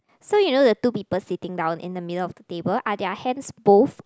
so you know the two people sitting down in the middle of the table are their hands both